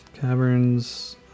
Caverns